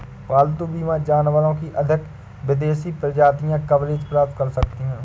पालतू बीमा जानवरों की अधिक विदेशी प्रजातियां कवरेज प्राप्त कर सकती हैं